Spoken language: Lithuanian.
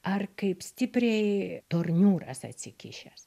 ar kaip stipriai torniūras atsikišęs